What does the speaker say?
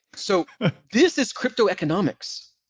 so this is cryptoeconomics.